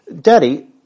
Daddy